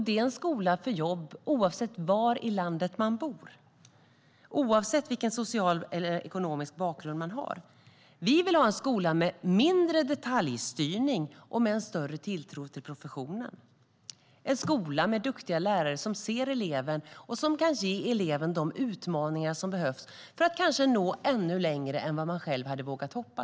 Det är en skola för jobb oavsett var i landet man bor och oavsett vilken ekonomisk bakgrund man har. Vi vill ha en skola med mindre detaljstyrning och med en större tilltro till professionen. Det är en skola med duktiga lärare som ser eleven och som kan ge eleven de utmaningar som behövs för att kanske nå ännu längre än vad den själv kanske hade vågat hoppas.